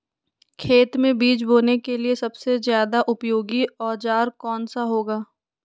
खेत मै बीज बोने के लिए सबसे ज्यादा उपयोगी औजार कौन सा होगा?